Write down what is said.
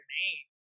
name